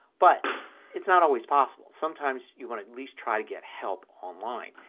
but it's not always possible. sometimes you want to at least try to get help online.